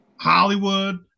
Hollywood